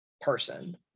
person